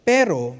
Pero